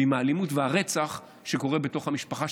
ועם האלימות והרצח שקורים בתוך המשפחה.